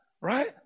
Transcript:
right